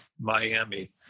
Miami